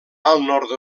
nord